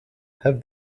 have